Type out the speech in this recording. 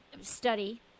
study